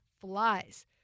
flies